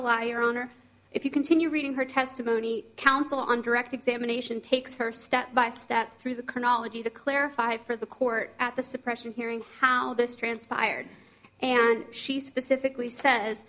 a liar on or if you continue reading her testimony counsel on direct examination takes her step by step through the current all of you to clarify for the court at the suppression hearing how this transpired and she specifically says